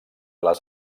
les